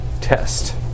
test